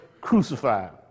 crucified